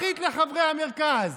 בכית לחברי המרכז.